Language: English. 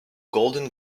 golden